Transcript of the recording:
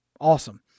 Awesome